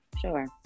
sure